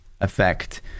effect